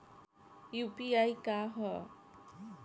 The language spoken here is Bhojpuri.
यू.पी.आई का ह?